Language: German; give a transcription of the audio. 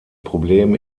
problem